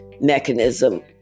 mechanism